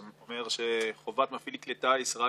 הסטודנטים,